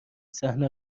صحنه